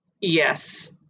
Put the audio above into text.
Yes